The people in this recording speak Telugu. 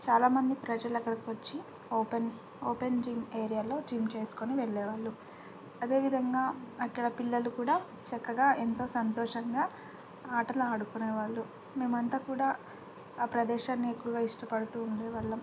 చాలామంది ప్రజలు అక్కడికి వచ్చి ఓపెన్ ఓపెన్ జిమ్ ఏరియాలో జిమ్ చేసుకొని వెళ్ళే వాళ్ళు అదేవిధంగా అక్కడ పిల్లలు కూడా చక్కగా ఎంతో సంతోషంగా ఆటలు ఆడుకునేవాళ్ళు మేమంతా కూడా ఆ ప్రదేశాన్ని ఎక్కువగా ఇష్టపడుతు ఉండే వాళ్ళం